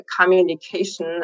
communication